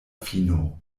fino